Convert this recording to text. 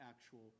actual